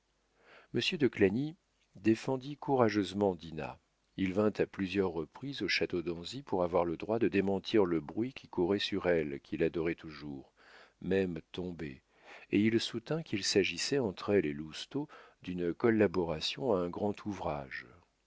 de clagny défendit courageusement dinah il vint à plusieurs reprises au château d'anzy pour avoir le droit de démentir le bruit qui courait sur celle qu'il adorait toujours même tombée et il soutint qu'il s'agissait entre elle et lousteau d'une collaboration à un grand ouvrage